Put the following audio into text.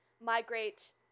migrate